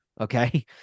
Okay